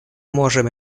можем